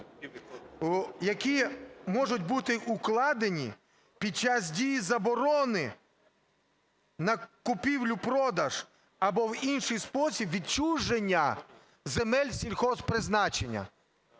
які можуть бути укладені під час дії заборони на купівлю-продаж або в інший спосіб відчуження земель сільгосппризначення.